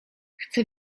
chcę